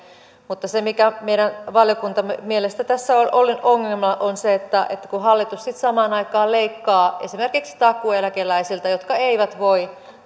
mutta se mikä meidän valiokuntamme mielestä tässä oli ongelma on se että kun kun hallitus samaan aikaan leikkaa esimerkiksi takuueläkeläisiltä jotka eivät voi